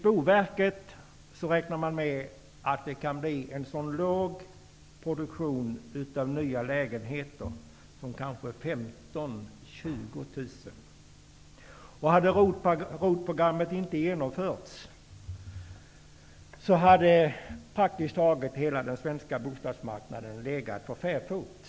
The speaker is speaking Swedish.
Boverket räknar med att det kan få så låg produktion av nya lägenheter som kanske 15 000-- 20 000. Hade ROT-programmet inte genomförts så hade praktiskt taget hela den svenska bostadsmarknaden legat för fäfot.